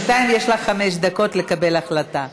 בינתיים יש לך חמש דקות לקבל החלטה.